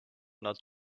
not